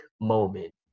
moment